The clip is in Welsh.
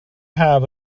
haf